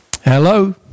Hello